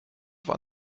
war